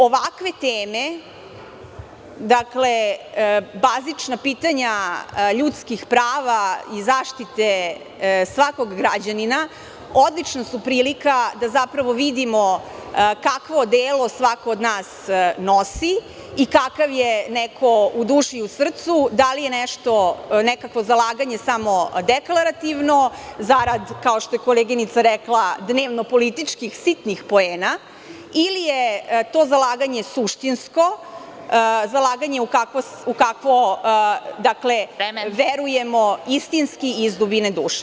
Ovakve teme, bazična pitanja ljudskih prava i zaštite svakog građanina, odlična su prilika da zapravo vidimo kakvo odelo svako od nas nosi i kakav je neko u duši i srci, da li je nekakvo zalaganje samo deklarativno zarad, kao što je koleginica rekla, dnevno-političkih sitnih poena ili je to zalaganje suštinsko zalaganje u kakvo verujemo istinski i iz dubine duše.